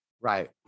right